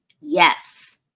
yes